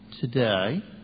today